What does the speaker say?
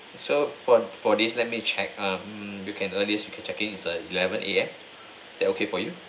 so for for this let me check um you can earliest could check in is err eleven A_M is that okay for you